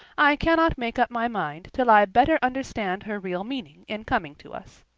i cannot make up my mind till i better understand her real meaning in coming to us.